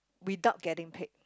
without getting paid